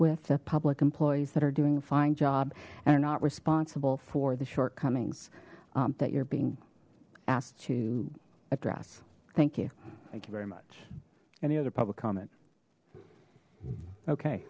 with the public employees that are doing a fine job and are not responsible for the shortcomings that you're being asked to address thank you thank you very much any other public comment okay